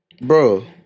Bro